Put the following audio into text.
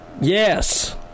Yes